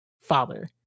Father